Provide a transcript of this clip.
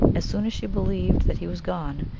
as soon as she believed that he was gone,